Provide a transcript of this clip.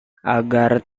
agar